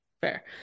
Fair